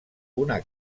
una